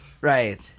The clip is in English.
Right